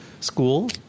school